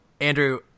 andrew